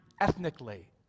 ethnically